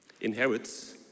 inherits